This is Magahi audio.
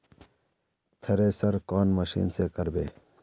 थरेसर कौन मशीन से करबे?